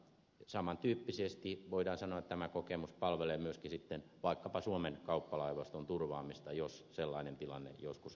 saman tyyppisesti voidaan sanoa tämä kokemus palvelee myöskin sitten vaikkapa suomen kauppalaivaston turvaamista jos sellainen tilanne joskus eteen tulisi